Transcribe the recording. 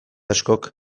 askok